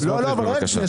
סמוטריץ'.